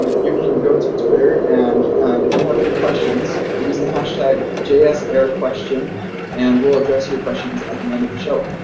but you can go to twitter, and if you have any questions, use the hashtag jsairquestion and we'll address your questions at the end of the show,